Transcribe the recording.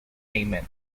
amen